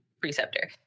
preceptor